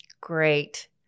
Great